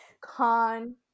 Con